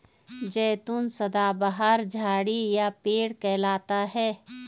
जैतून सदाबहार झाड़ी या पेड़ कहलाता है